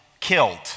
Killed